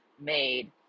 made